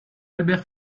albert